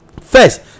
First